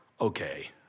Okay